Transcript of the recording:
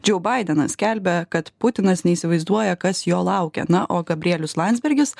džiau baidenas skelbia kad putinas neįsivaizduoja kas jo laukia na o gabrielius landsbergis